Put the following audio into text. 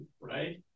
right